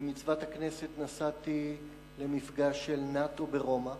במצוות הכנסת נסעתי למפגש של נאט"ו ברומא